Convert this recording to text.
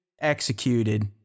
executed